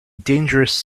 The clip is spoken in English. dangerous